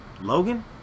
Logan